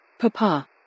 Papa